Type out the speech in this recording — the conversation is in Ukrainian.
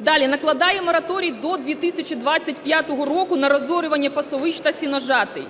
Далі, накладає мораторій до 2025 року на розорювання пасовищ та сіножатей.